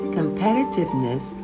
competitiveness